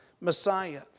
Messiah